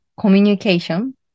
communication